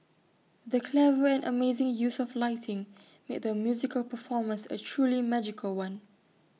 the clever and amazing use of lighting made the musical performance A truly magical one